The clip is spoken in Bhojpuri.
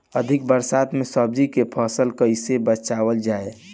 अधिक बरसात में सब्जी के फसल कैसे बचावल जाय?